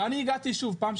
ואני הגעתי שוב פעם,